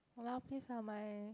!walao! please lah my